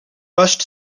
rushed